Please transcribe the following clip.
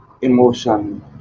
emotion